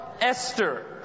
Esther